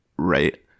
Right